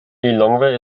lilongwe